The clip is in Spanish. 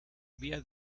había